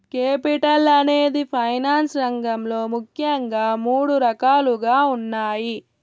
capital అనేది finance రంగంలో ముఖ్యంగా మూడు రకాలుగా ఉన్నాయి